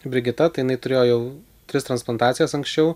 brigita tai jinai turėjo jau tris transplantacijas anksčiau